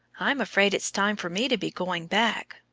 i'm afraid it's time for me to be going back.